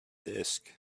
disk